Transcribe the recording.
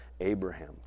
Abraham